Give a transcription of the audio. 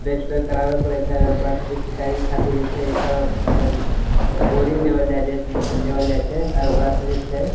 register कराबै पड़ै छै ओकरा खातिर सिञ्चाइ खातिर जे छै एकटा मतलब बोरिङ्ग देबल जाइ देबल जाइ छै आओर ओकरासँ जे छै